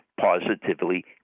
positively